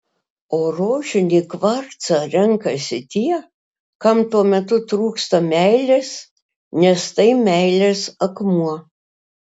o rožinį kvarcą renkasi tie kam tuo metu trūksta meilės nes tai meilės akmuo